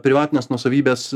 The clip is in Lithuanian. privatinės nuosavybės